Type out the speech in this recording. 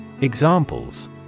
Examples